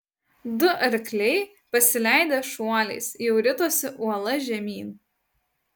du arkliai pasileidę šuoliais jau ritosi uola žemyn